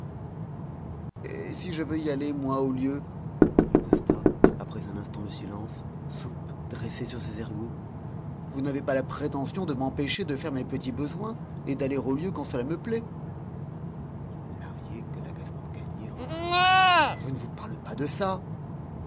et si je veux y aller moi aux lieux riposta après un instant de silence soupe dressé sur ses ergots vous n'avez pas la prétention de m'empêcher de faire mes petits besoins et d'aller aux lieux quand cela me plaît lahrier que l'agacement gagnait reprit je ne vous parle pas de ça